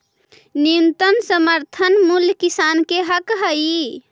न्यूनतम समर्थन मूल्य किसान के हक हइ